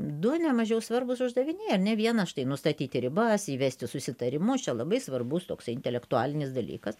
du nemažiau svarbūs uždaviniai ar ne vienas štai nustatyti ribas įvesti susitarimus čia labai svarbus toksai intelektualinis dalykas